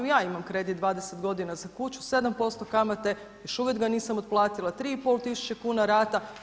I ja imam kredit 20 godina za kuću 7% kamate i još uvijek ga nisam otplatila 3,5 tisuće kuna rata.